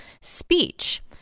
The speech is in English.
speech